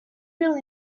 really